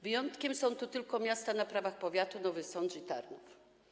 Wyjątkiem są tu tylko miasta na prawach powiatu: Nowy Sącz i Tarnów.